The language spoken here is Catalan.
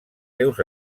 seus